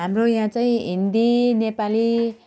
हाम्रो यहाँ चाहिँ हिन्दी नेपाली